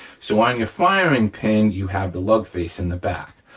so on your firing pin you have the lug face in the back.